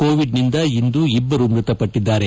ಕೋವಿಡ್ನಿಂದ ಇಂದು ಇಬ್ಬರು ಮೃತಪಟ್ಟಿದ್ದಾರೆ